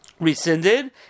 rescinded